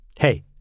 Hey